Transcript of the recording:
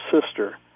sister